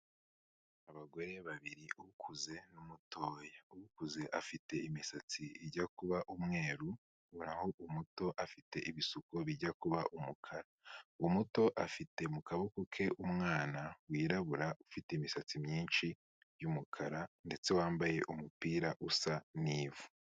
Abagore babiri ukuze n'umutoya, ukuze afite imisatsi ijya kuba umweru, naho umuto afite ibisuko bijya kuba umukara, umuto afite mu kaboko ke umwana wirabura ufite imisatsi myinshi y'umukara ndetse wambaye umupira usa n'vu.